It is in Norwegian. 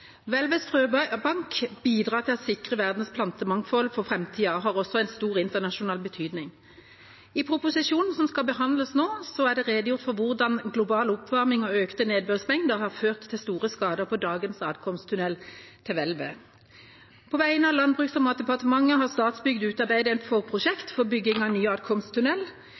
Hvelvets frøbank bidrar til å sikre verdens plantemangfold for framtida og har også en stor internasjonal betydning. I proposisjonen som behandles nå, er det redegjort for hvordan global oppvarming og økte nedbørsmengder har ført til store skader på dagens adkomsttunnel til hvelvet. På vegne av Landbruks- og matdepartementet har Statsbygg utarbeidet et forprosjekt for bygging av ny